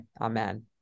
Amen